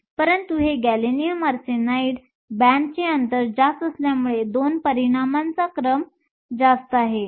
परंतु हे गॅलियम आर्सेनाइडमध्ये बँडचे अंतर जास्त असल्यामुळे 2 परिणामांचा क्रम जास्त आहे